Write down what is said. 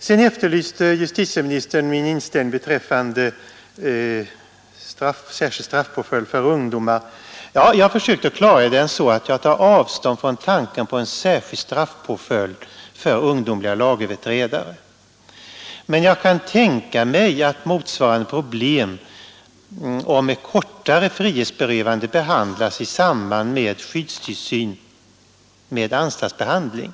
Sedan efterlyste justitieministern min inställning beträffande ett kortvarigt frihetsstraff som särskild straffpåföljd för ungdomar. Ja, jag försökte klargöra det så att jag tar avstånd från en särskild straffpåföljd för ungdomliga lagöverträdare, men jag kan tänka mig att motsvarande problem om ett kortare frihetsberövande behandlas i samband med Nr 106 skyddstillsyn med anstaltsbehandling.